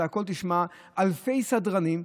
אתה תשמע הכול, יש אלפי סדרנים.